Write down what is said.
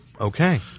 Okay